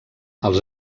els